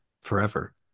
forever